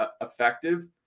effective